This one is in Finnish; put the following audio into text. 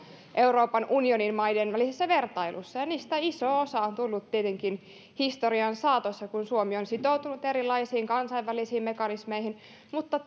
euroopan unionin maiden välisessä vertailussa ja niistä iso osa on on tullut tietenkin historian saatossa kun suomi on sitoutunut erilaisiin kansainvälisiin mekanismeihin mutta